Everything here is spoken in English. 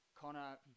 Connor